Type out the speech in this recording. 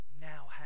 now